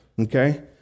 okay